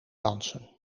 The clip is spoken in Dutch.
dansen